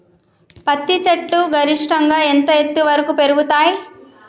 పత్తి చెట్లు గరిష్టంగా ఎంత ఎత్తు వరకు పెరుగుతయ్?